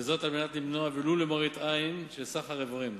וזאת על מנת למנוע ולו מראית עין של סחר איברים.